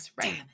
right